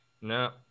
No